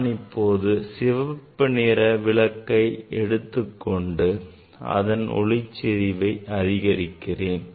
நான் இப்போது சிவப்பு நிற விளக்கை எடுத்துக் கொண்டு அதன் ஒளிச்செறிவை அதிகரிக்கிறேன்